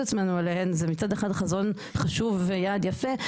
עצמנו אליהן זה מצד אחד חזון חשוב ויעד יפה,